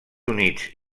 units